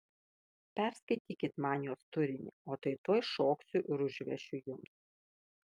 perskaitykit man jos turinį o tai tuoj šoksiu ir užvešiu jums